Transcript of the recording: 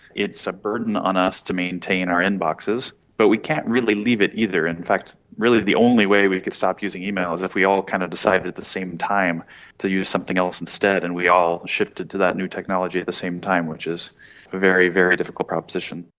it's a burden on us to maintain our inboxes, but we can't really leave it either. in fact really the only way we can stop using email is if we all kind of decided at the same time to use something else instead and we all shifted to that new technology at the same time, which is a very, very difficult proposition.